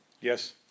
yes